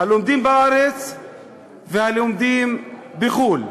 הלומדים בארץ והלומדים בחו"ל.